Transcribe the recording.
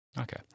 Okay